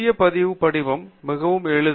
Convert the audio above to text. புதிய பதிவு படிவம் மிகவும் எளிது